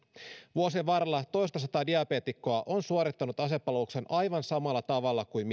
vuosien varrella toistasataa diabeetikkoa on suorittanut asepalveluksen aivan samalla tavalla kuin